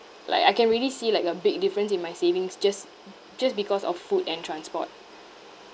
like I can really see like a big difference in my savings just just because of food and transport